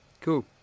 cool